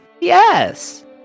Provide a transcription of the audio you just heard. Yes